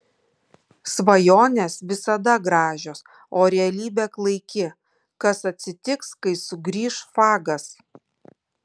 svajonės visada gražios o realybė klaiki kas atsitiks kai sugrįš fagas